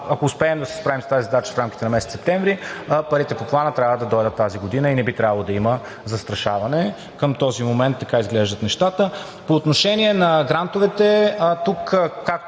ако успеем да се справим с тази задача в рамките на месец септември, парите по Плана трябва да дойдат тази година и не би трябвало да има застрашаване. Към този момент така изглеждат нещата.